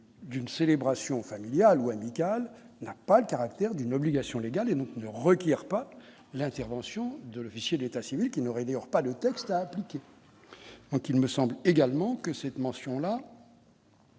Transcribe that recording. d'une célébration familiale ou amicale n'a pas le caractère d'une obligation légale et ne requiert pas l'intervention de l'officier d'état civil qui aurait, dit-on, pas le texte appliquer donc il me semble également que cette mention